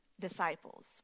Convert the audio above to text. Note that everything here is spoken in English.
disciples